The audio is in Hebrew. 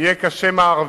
יהיה כשם הערבי.